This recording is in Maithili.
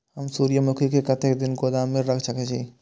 हम सूर्यमुखी के कतेक दिन गोदाम में रख सके छिए?